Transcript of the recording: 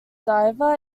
diver